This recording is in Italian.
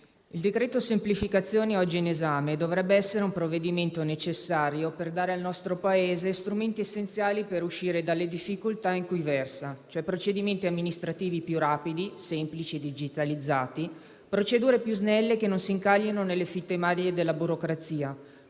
il decreto semplificazioni oggi in esame dovrebbe essere un provvedimento necessario per dare al nostro Paese strumenti essenziali per uscire dalle difficoltà in cui versa, e cioè procedimenti amministrativi più rapidi, semplici e digitalizzati; procedure più snelle che non si incaglino nelle fitte maglie della burocrazia,